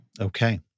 Okay